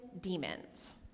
demons